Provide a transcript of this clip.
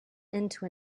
into